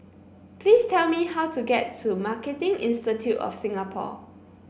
please tell me how to get to Marketing Institute of Singapore